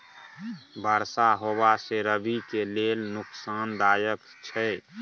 बरसा होबा से रबी के लेल नुकसानदायक छैय?